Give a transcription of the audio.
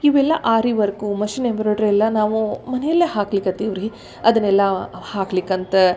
ಇವೆಲ್ಲ ಆರಿ work machine embroidery ಎಲ್ಲ ನಾವು ಮನೆಯಲ್ಲೇ ಹಾಕ್ಲಿಕ್ಕತ್ತೀವಿ ರೀ ಅದನ್ನೆಲ್ಲ ಹಾಕ್ಲಿಕ್ಕಂತ